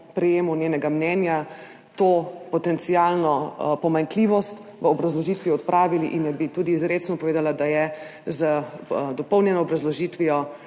prejemu njenega mnenja to potencialno pomanjkljivost v obrazložitvi odpravili, in je tudi izrecno povedala, da je z dopolnjeno obrazložitvijo